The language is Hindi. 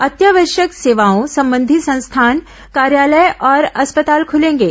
अत्यावश्यक सेवाओं संबंधी संस्थान कार्यालय और अस्पताल खलेंगे